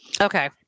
Okay